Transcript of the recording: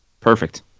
Perfect